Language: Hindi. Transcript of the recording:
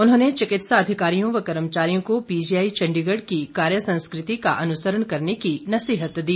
उन्होंने चिकित्सा अधिकारियों व कर्मचारियों को पीजीआई चंडीगढ़ की कार्य संस्कृति का अनुसंरण करने की नसीयत दी